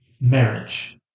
marriage